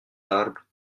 arbres